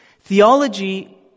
Theology